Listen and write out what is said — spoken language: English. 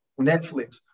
Netflix